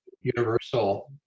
universal